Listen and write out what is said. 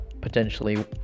potentially